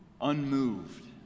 Unmoved